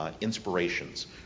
Inspirations